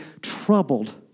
troubled